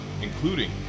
including